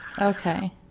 Okay